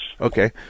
Okay